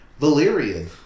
Valyrian